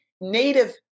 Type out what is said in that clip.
native